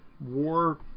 war